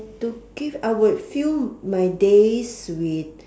to give I would fill my days with